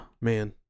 Man